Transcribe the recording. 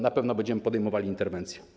Na pewno będziemy podejmowali interwencje.